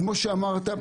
כמו שאמרת,